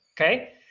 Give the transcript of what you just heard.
okay